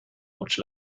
much